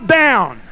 down